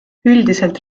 üldiselt